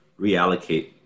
reallocate